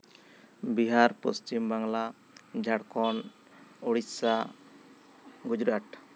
Bihar Paschim Bangla Jharkhand Odisha Gujarat